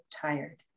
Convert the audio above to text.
tired